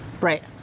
Right